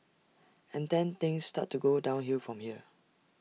and then things start to go downhill from here